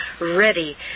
ready